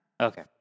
Okay